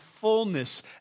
fullness